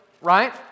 right